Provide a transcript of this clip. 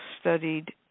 studied